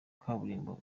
kaburimbo